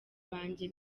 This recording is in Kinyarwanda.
banjye